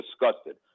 disgusted